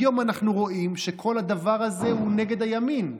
היום אנחנו רואים שכל הדבר הזה הוא נגד הימין.